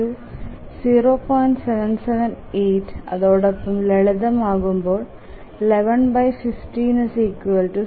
778 അതോടൊപ്പം ലളിതമാകുമ്പോൾ 11150